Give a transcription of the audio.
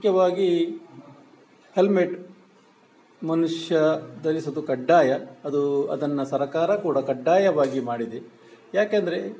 ಮುಖ್ಯವಾಗಿ ಹೆಲ್ಮೆಟ್ ಮನುಷ್ಯ ಧರಿಸೋದು ಕಡ್ಡಾಯ ಅದು ಅದನ್ನು ಸರಕಾರ ಕೂಡ ಕಡ್ಡಾಯವಾಗಿ ಮಾಡಿದೆ ಯಾಕೆಂದ್ರೆ